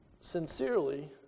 sincerely